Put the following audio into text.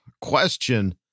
question